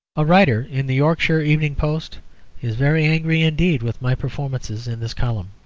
a writer in the yorkshire evening post is very angry indeed with my performances in this column.